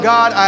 God